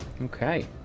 Okay